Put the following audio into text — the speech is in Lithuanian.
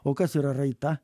o kas yra raita